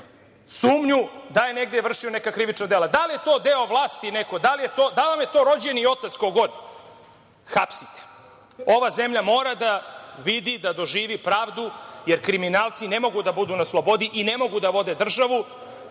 sumnju da je negde vršio neka krivična dela. Da li je to deo vlasti neko, da li vam je to rođeni otac, ko god- hapsite. Ova zemlja mora da vidi, da doživi pravdu, jer kriminalci ne mogu da budu na slobodi i ne mogu da vode državu,